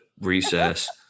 recess